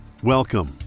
Welcome